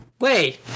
Wait